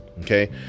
Okay